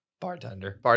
Bartender